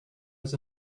was